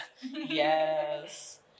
Yes